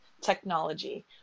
technology